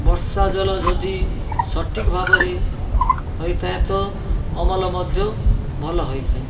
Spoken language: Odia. ବର୍ଷା ଜଲ ଯଦି ସଠିକ୍ ଭାବରେ ହୋଇଥାଏ ତ ଅମଲ ମଧ୍ୟ ଭଲ ହୋଇଥାଏ